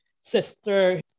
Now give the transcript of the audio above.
sister